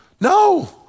no